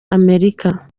amerika